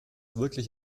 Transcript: wirklich